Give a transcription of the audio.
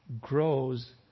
grows